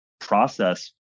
process